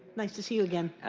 neck to see you again.